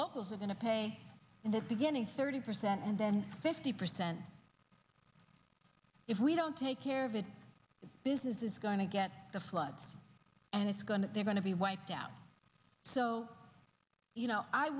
locals are going to pay in the beginning thirty percent and then fifty percent if we don't take care of it business is going to get the floods and it's going to they're going to be wiped out so you know i